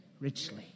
richly